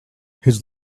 his